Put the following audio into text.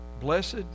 Blessed